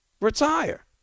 retire